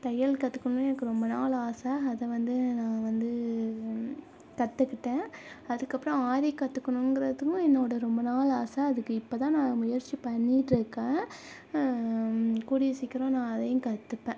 தையல் கற்றுக்கணும்னு எனக்கு ரொம்ப நாள் ஆசை அதை வந்து நான் வந்து கற்றுக்கிட்டேன் அதற்கப்பறம் ஆரி கற்றுக்கணுங்குறதுவும் என்னோட ரொம்ப நாள் ஆசை அதுக்கு இப்போ தான் நான் முயற்சி பண்ணிட்டுருக்கேன் கூடிய சீக்கிரம் நான் அதையும் கற்றுப்பேன்